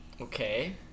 Okay